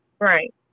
Right